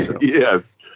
Yes